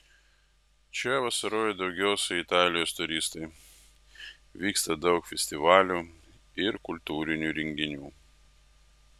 čia vasaroja daugiausiai italijos turistai vyksta daug festivalių ir kultūrinių renginių